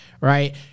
right